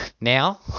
Now